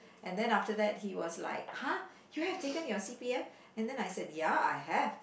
and then after that he was like !huh! you have taken your C_P_F and then I said ya I have